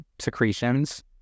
secretions